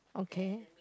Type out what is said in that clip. okay